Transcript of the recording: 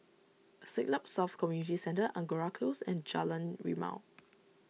Siglap South Community Centre Angora Close and Jalan Rimau